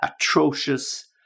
atrocious